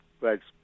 Thanks